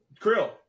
Krill